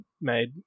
made